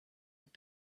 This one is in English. have